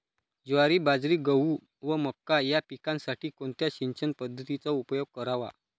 ज्वारी, बाजरी, गहू व मका या पिकांसाठी कोणत्या सिंचन पद्धतीचा उपयोग करावा?